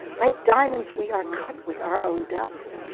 like diamonds we are cut with our own dust.